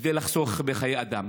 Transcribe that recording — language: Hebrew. כדי לחסוך בחיי אדם.